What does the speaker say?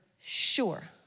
Sure